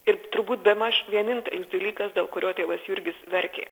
ir turbūt bemaž vienintelis dalykas dėl kurio tėvas jurgis verkė